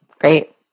Great